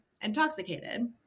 intoxicated